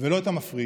ולא את המפריד.